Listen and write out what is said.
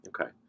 Okay